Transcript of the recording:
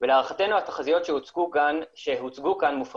ולהערכתנו התחזיות שהוצגו כאן מופרזות.